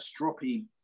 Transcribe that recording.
stroppy